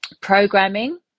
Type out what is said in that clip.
Programming